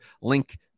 Link